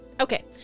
okay